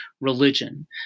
religion